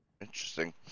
Interesting